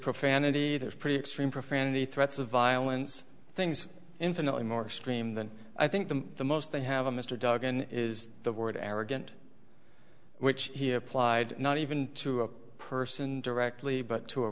profanity there's pretty extreme profanity threats of violence things infinitely more extreme than i think them the most they have a mr duggan is the word arrogant which he applied not even to a person directly but to a